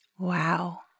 Wow